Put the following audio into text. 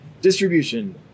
Distribution